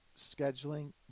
scheduling